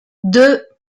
deux